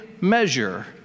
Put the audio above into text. measure